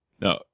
No